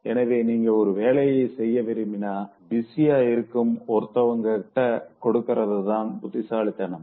எனவே நீங்க ஒரு வேலைய செய்ய விரும்பினா பிஸியா இருக்கும் ஒருத்தவங்க கிட்ட கொடுக்கிறதுதான் புத்திசாலித்தனம்